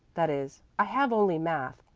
that is, i have only math,